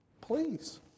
please